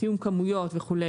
מתאים כמויות וכו',